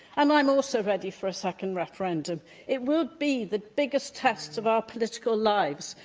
i'm i'm also ready for a second referendum it would be the biggest test of our political lives,